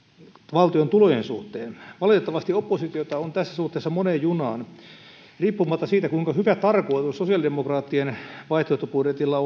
valtion tulojen suhteen valitettavasti oppositiota on tässä suhteessa moneen junaan riippumatta siitä kuinka hyvä tarkoitus sosiaalidemokraattien vaihtoehtobudjetilla